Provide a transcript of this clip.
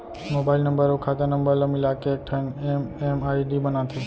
mobile number अउ खाता number ल मिलाके एकठन एम.एम.आई.डी बनाथे